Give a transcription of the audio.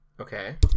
Okay